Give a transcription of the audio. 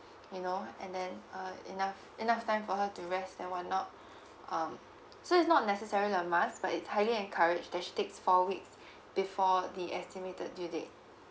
you know and then uh enough enough time for her to rest and what not um so is not necessarily a must but is highly encouraged that she takes four weeks before the estimated due date